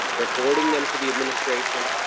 they're forwarding them to the administration.